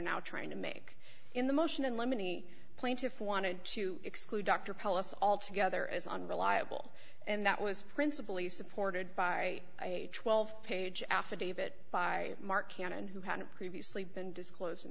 now trying to make in the motion and lemony plaintiff wanted to exclude dr kuhl us all together as unreliable and that was principally supported by a twelve page affidavit by mark cannon who had previously been disclosed in